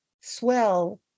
swell